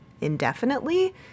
indefinitely